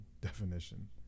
definition